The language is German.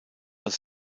als